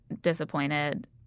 disappointed